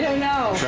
now.